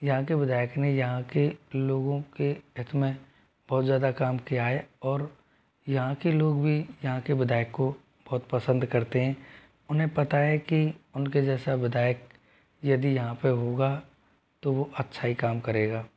यहाँ के विधायक ने यहाँ के लोगों के हित में बहुत ज़्यादा काम किया है और यहाँ के लोग भी यहाँ के विधायक को बहुत पसंद करते हैं उन्हें पता है कि उनके जैसा विधायक यदि यहाँ पे होगा तो वो अच्छा ही काम करेगा